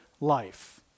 life